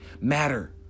matter